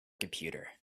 computer